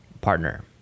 partner